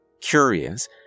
Curious